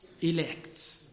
elects